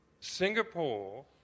Singapore